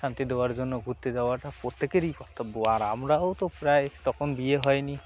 শান্তি দেওয়ার জন্য ঘুরতে যাওয়াটা প্রত্যেকেরই কর্তব্য আর আমরাও তো প্রায় তখন বিয়ে হয়নি